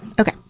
Okay